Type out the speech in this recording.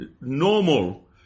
normal